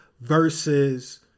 versus